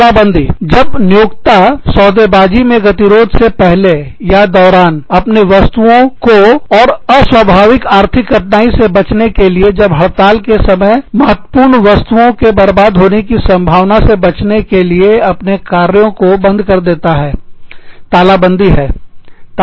तालाबंदी जब नियोक्ता सौदेबाजी सौदाकारी मे गतिरोध से पहले या दौरान अपने आप को और अस्वाभाविक आर्थिक कठिनाई से बचाने के लिए जब हड़ताल का समय महत्वपूर्ण वस्तुओं के बर्बाद होने की संभावना से बचने के लिए अपने कार्यों को बंद कर देता है तालाबंदी है